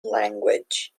language